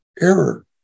error